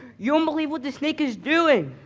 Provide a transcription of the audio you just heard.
you won't believe what the snake is doing.